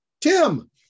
tim